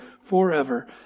forever